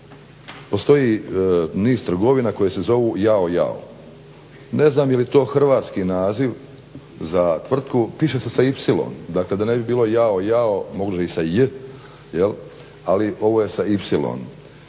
postoji niz trgovina koje se zovu "Yao, yao". Ne znam je li to hrvatski naziv za tvrtku, piše se sa ipsilon dakle da ne bi bilo jao, jao može i sa j, ali ovo je sa